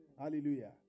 Hallelujah